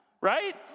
right